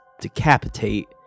decapitate